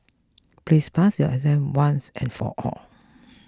please pass your exam once and for all